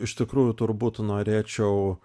iš tikrųjų turbūt norėčiau